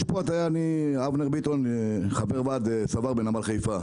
אני אבנר ביטון ואני חבר ועד בנמל חיפה.